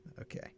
Okay